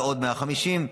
ועוד 150 ש"ח.